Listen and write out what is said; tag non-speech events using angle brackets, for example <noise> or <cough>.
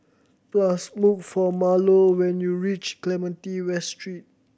<unintelligible> look for Marlo when you reach Clementi West Street